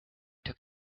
took